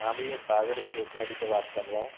हाँ भैया सागर स्टेसनरी से बात कर रहे हैं